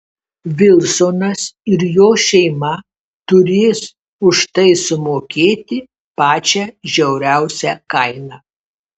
vilsonas ir jo šeima turės už tai sumokėti pačią žiauriausią kainą